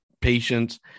patience